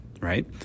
right